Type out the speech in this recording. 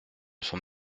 son